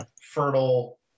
fertile